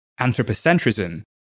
anthropocentrism